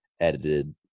edited –